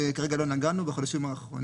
כל הלשכות הפרטיות היו מיודעות לזה מא' עד ת'.